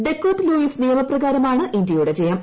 Duckworth Lewis നിയമപ്രകാരമാണ് ഇന്ത്യയുടെ ജയം